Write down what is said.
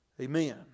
Amen